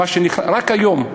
רק היום,